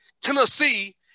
Tennessee